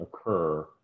occur